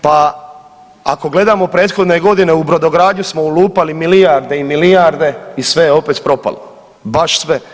Pa ako gledamo prethodne godine u brodogradnju smo ulupali milijarde i milijarde i sve je opet propalo, baš sve.